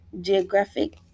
Geographic